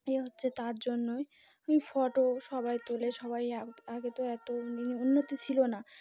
এ হচ্ছে তার জন্যই ওই ফটো সবাই তুলে সবাই আগে তো এত উন্নতি ছিল না